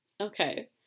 Okay